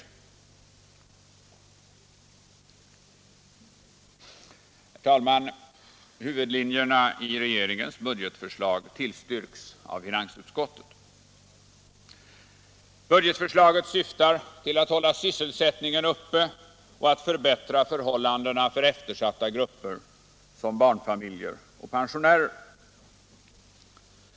Herr talman! Huvudlinjerna i regeringens budgetförslag tillstyrks av finansutskottet. Detta förslag syftar till att hålla sysselsättningen uppe och att förbättra förhållandena för eftersatta grupper såsom barnfamiljer och pensionärer.